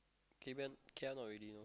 K_L not really you know